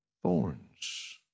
Thorns